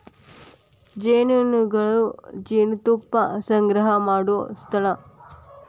ಜೇನುನೊಣಗಳು ಜೇನುತುಪ್ಪಾ ಸಂಗ್ರಹಾ ಮಾಡು ಸ್ಥಳಾ